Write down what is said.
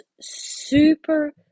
super